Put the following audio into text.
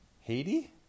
Haiti